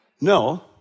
No